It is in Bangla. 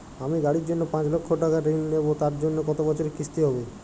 আমি গাড়ির জন্য পাঁচ লক্ষ টাকা ঋণ নেবো তার জন্য কতো বছরের কিস্তি হবে?